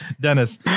Dennis